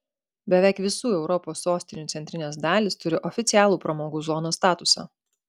beveik visų europos sostinių centrinės dalys turi oficialų pramogų zonos statusą